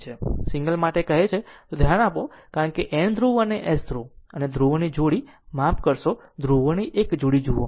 આ સિંગલ માટે કહે છે જો તે તરફ ધ્યાન આપો કારણ કે N ધ્રુવ અને S ધ્રુવ અને ધ્રુવોની એક જોડી માફ કરશો ધ્રુવોની એક જોડી જુઓ